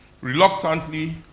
reluctantly